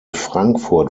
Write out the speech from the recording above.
frankfurt